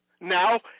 now